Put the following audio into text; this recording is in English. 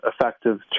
effective